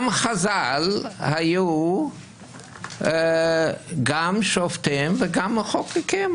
גם חז"ל היו גם שופטים וגם מחוקקים,